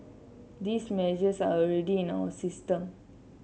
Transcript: these measures are already in our system